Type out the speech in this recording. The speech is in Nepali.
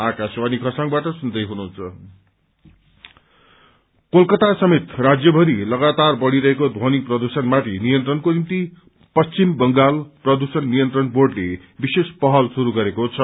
साउण्ड प्ल्यशन कलकता समेत राज्यभरि लगातार बढ़िरहेको ध्वनि प्रदूषणमाथि नियन्त्रणको निम्ति पश्चिम बंगाल प्रदूषण नियन्त्रण बोर्डले विशेष पह्त श्रूरू गरेको छ